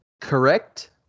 correct